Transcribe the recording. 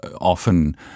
often